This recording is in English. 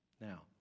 Now